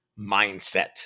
mindset